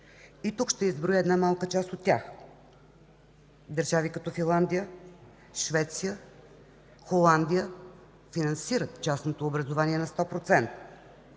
Тук ще изброя малка част от тях. Държави като Финландия, Швеция, Холандия финансират частното образование на 100%;